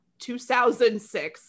2006